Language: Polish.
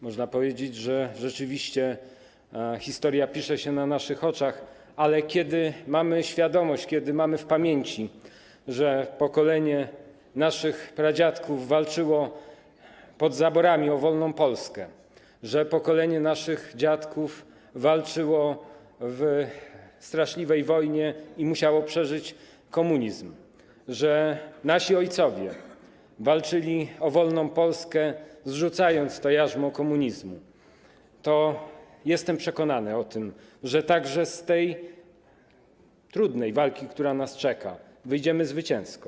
Można powiedzieć, że rzeczywiście historia pisze się na naszych oczach, ale kiedy uświadomimy sobie, kiedy mamy w pamięci, że pokolenie naszych pradziadków walczyło pod zaborami o wolną Polskę, że pokolenie naszych dziadków walczyło w straszliwej wojnie i musiało przeżyć komunizm, że nasi ojcowie walczyli o wolną Polskę, zrzucając jarzmo komunizmu, to możemy być przekonani, i jestem przekonany, o tym, że także z tej trudnej walki, która nas czeka, wyjdziemy zwycięsko.